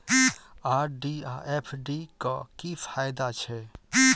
RD आ FD क की फायदा छै?